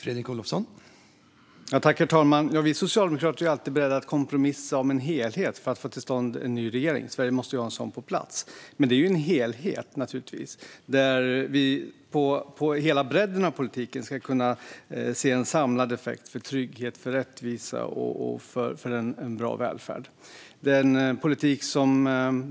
Herr talman! Vi socialdemokrater är alltid beredda att kompromissa om en helhet för att få till stånd en ny regering. Sverige måste ju få en sådan på plats. Men det handlar naturligtvis om en helhet, där vi i politikens hela bredd ska kunna se en samlad effekt för trygghet, rättvisa och en bra välfärd.